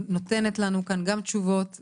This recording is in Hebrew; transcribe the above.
נותנת לנו כאן גם תשובות,